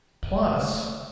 Plus